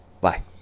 Bye